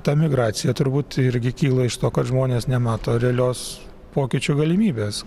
ta migracija turbūt irgi kyla iš to kad žmonės nemato realios pokyčių galimybės